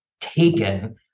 taken